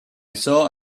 saw